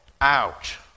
Ouch